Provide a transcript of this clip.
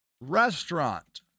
restaurant